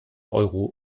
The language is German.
euro